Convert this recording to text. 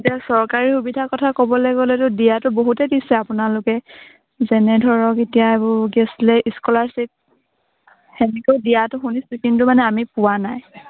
এতিয়া চৰকাৰী সুবিধা কথা ক'বলৈ গ'লেতো দিয়াটো বহুতেই দিছে আপোনালোকে যেনে ধৰক এতিয়া এই কি আছিলে স্কলাৰশ্বিপ তেনেকৈ দিয়াটো শুনিছোঁ কিন্তু মানে আমি পোৱা নাই